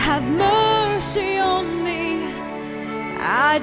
have no i